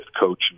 coach